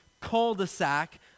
cul-de-sac